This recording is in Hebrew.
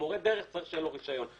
מורה דרך צריך שיהיה לו רישיון.